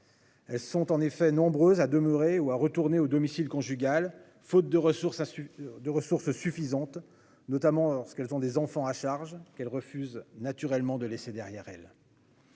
Elles sont en effet nombreuses à demeurer ou à retourner au domicile conjugal faute de ressources suffisantes, notamment lorsqu'elles ont des enfants à charge, qu'elles refusent naturellement de laisser derrière elles.